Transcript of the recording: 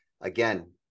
Again